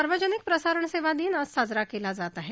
सार्वजनिक प्रसारणसेवा दिन आज साजरा केला जात आहे